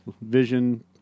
vision